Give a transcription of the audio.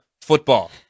football